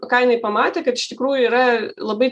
ką jinai pamatė kad iš tikrųjų yra labai